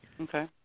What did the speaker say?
Okay